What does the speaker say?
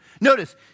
Notice